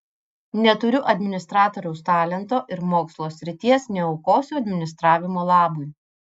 neturiu administratoriaus talento ir mokslo srities neaukosiu administravimo labui